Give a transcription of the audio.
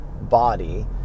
body